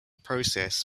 process